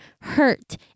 hurt